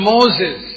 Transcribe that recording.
Moses